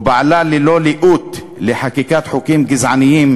ופעלה ללא לאות לחקיקת חוקים גזעניים,